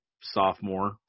sophomore